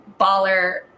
baller